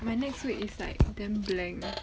by next week is like damn blank